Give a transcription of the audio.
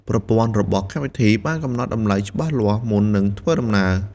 ប្រព័ន្ធរបស់កម្មវិធីបានកំណត់តម្លៃច្បាស់លាស់មុននឹងធ្វើដំណើរ។